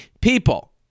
People